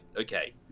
okay